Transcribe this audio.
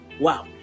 wow